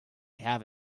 have